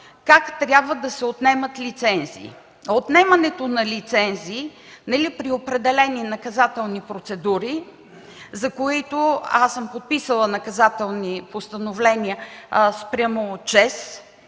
как трябва да се отнемат лицензии – отнемането на лицензии при определени наказателни процедури, за които аз съм подписала наказателни постановления спрямо ЧЕЗ